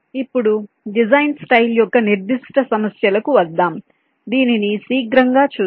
ఇప్పుడు design style యొక్క నిర్దిష్ట సమస్యలకు వద్దాం దీనిని శీఘ్రంగా చూద్దాం